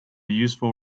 useful